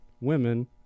women